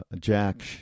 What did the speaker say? Jack